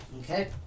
Okay